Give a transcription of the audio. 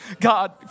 God